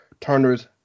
Turner's